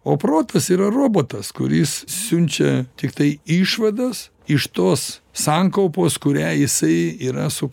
o protas yra robotas kuris siunčia tiktai išvadas iš tos sankaupos kurią jisai yra su